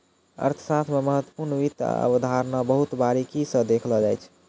अर्थशास्त्र मे महत्वपूर्ण वित्त अवधारणा बहुत बारीकी स देखलो जाय छै